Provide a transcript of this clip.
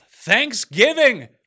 Thanksgiving